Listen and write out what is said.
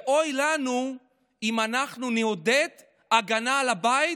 ואוי לנו אם אנחנו נעודד הגנה על הבית